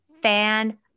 Fan